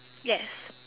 yes